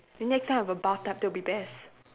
the next time I have a bathtub that would be best